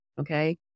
Okay